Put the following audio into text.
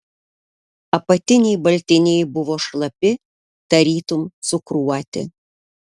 apatiniai baltiniai buvo šlapi tarytum cukruoti